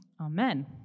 Amen